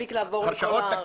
להספיק לעבור לרשויות.